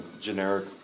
generic